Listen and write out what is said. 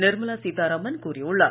நிர்மலா சீதாராமன் கூறியுள்ளார்